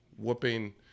Whooping